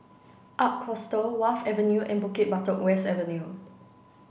Ark Hostel Wharf Avenue and Bukit Batok West Avenue